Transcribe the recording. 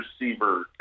receiver